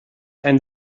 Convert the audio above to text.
ein